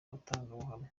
abatangabuhamya